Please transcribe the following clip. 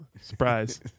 Surprise